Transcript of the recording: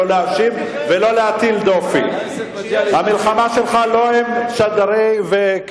שיבוא מופז ויענה לאן הוא הביא אותנו עם העקירה מגוש-קטיף.